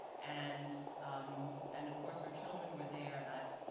and um and of course her children were there and i've